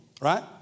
Right